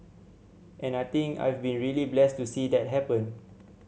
and I think I've been really blessed to see that happen